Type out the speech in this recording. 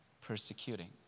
persecuting